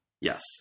Yes